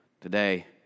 Today